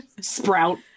Sprout